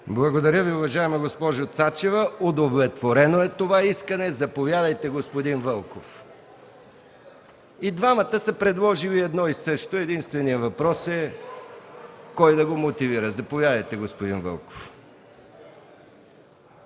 Благодаря Ви, уважаема госпожо Цачева. Това искане е удовлетворено. Заповядайте, господин Вълков. И двамата са предложили едно и също. Единственият въпрос е кой да го мотивира. Заповядайте, господин Вълков.